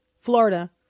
Florida